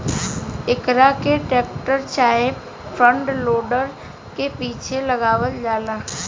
एकरा के टेक्टर चाहे फ्रंट लोडर के पीछे लगावल जाला